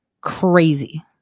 Crazy